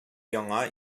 яңа